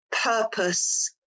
purpose